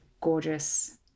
gorgeous